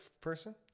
person